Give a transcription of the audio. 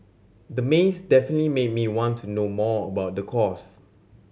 the maze definitely made me want to know more about the course